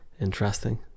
Interesting